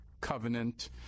covenant